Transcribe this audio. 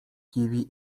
kiwi